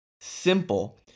Simple